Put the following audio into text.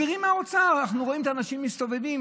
האוצר מסבירים: אנחנו רואים את האנשים מסתובבים.